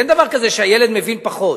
אין דבר כזה שהילד מבין פחות,